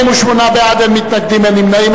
48 בעד, אין מתנגדים, אין נמנעים.